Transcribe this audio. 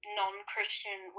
non-Christian